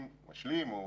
מקבל את